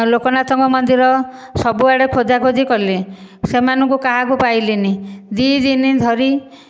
ଲୋକନାଥଙ୍କ ମନ୍ଦିର ସବୁଆଡ଼େ ଖୋଜାଖୋଜି କଲି ସେମାନଙ୍କୁ କାହାକୁ ପାଇଲିନି ଦୁଇ ଦିନ ଧରି